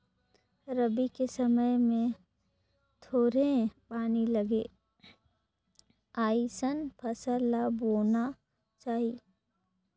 रबी के समय मे थोरहें पानी लगे अइसन फसल ल बोना चाही